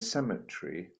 cemetery